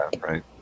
right